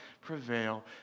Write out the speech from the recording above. prevail